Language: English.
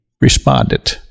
responded